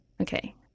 Okay